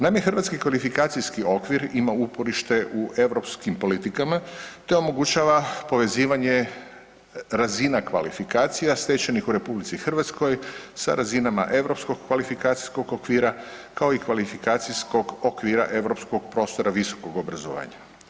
Naime, hrvatski kvalifikacijski okvir ima uporište u europskim politikama, te omogućava povezivanje razina kvalifikacija stečenih u RH sa razinama europskog kvalifikacijskog okvira, kao i kvalifikacijskog okvira europskog prostora visokog obrazovanja.